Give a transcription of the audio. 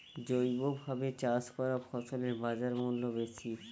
জৈবভাবে চাষ করা ফসলের বাজারমূল্য বেশি